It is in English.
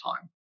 time